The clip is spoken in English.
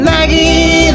Maggie